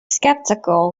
skeptical